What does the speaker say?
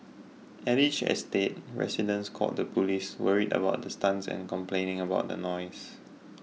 at each estate residents called the police worried about the stunts and complaining about the noise